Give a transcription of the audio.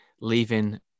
leaving